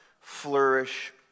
flourish